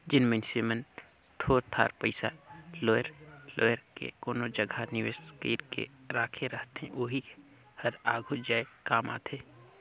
जेन मइनसे मन थोर थार पइसा लोएर जोएर के कोनो जगहा निवेस कइर के राखे रहथे ओही हर आघु जाए काम आथे